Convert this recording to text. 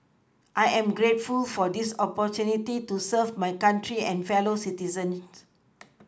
I am grateful for this opportunity to serve my country and fellow citizens